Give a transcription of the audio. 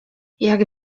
jak